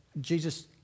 Jesus